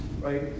right